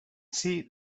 see